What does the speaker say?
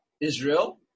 Israel